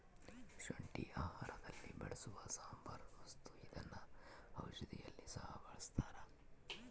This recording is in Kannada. ಶುಂಠಿ ಆಹಾರದಲ್ಲಿ ಬಳಸುವ ಸಾಂಬಾರ ವಸ್ತು ಇದನ್ನ ಔಷಧಿಯಲ್ಲಿ ಸಹ ಬಳಸ್ತಾರ